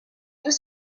was